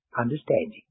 understanding